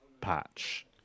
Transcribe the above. patch